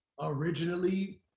originally